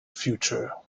future